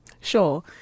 Sure